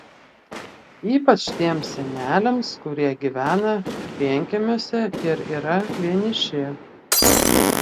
ypač tiems seneliams kurie gyvena vienkiemiuose ir yra vieniši